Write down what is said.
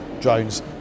drones